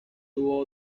tuvo